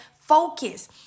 focus